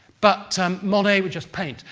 but um monet would just paint.